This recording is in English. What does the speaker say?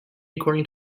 according